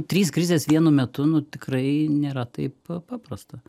trys krizės vienu metu nu tikrai nėra taip paprasta